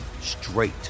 straight